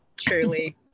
Truly